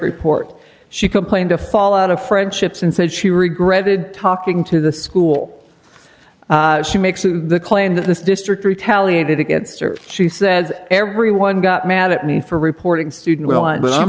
report she complained to fall out of friendships and said she regretted talking to the school she makes the claim that this district retaliated against her she says everyone got mad at me for reporting student